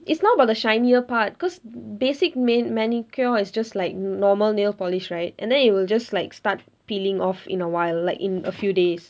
it's not about the shinier part cause basic man~ manicure is just like normal nail polish right and then it will just start peeling off in a while like in a few days